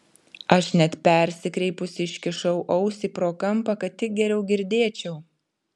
aš net persikreipusi iškišau ausį pro kampą kad tik geriau girdėčiau